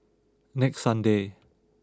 next Sunday